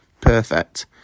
Perfect